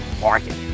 market